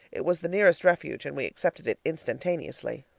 it was the nearest refuge, and we accepted it instantaneously.